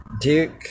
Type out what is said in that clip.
Duke